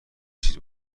چیز